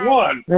one